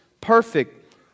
perfect